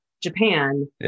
Japan